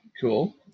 cool